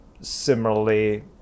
similarly